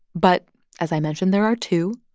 but as i mentioned, there are two.